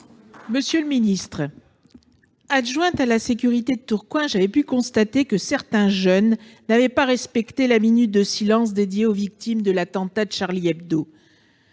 Lherbier. En tant qu'adjointe à la sécurité de Tourcoing, j'avais pu constater que certains jeunes n'avaient pas respecté la minute de silence dédiée aux victimes de l'attentat de. Tristan